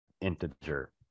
integer